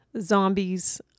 Zombies